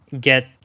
get